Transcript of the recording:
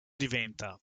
diventa